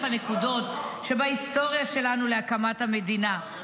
הנקודות שבהיסטוריה שלנו להקמת המדינה.